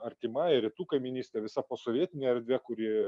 artima ir rytų kaimynystė visa posovietinė erdvė kuri